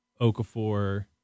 Okafor